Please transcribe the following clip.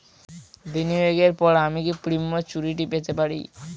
বিনিয়োগের পর আমি কি প্রিম্যচুরিটি পেতে পারি?